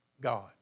God